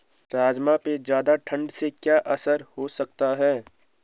राजमा पे ज़्यादा ठण्ड से क्या असर हो सकता है?